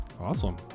awesome